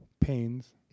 pains